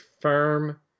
firm